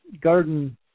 garden